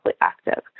active